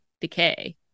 decay